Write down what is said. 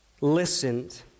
listened